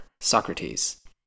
Socrates